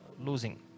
losing